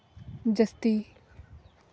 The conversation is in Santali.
ᱡᱟᱹᱥᱛᱤ